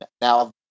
now